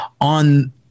on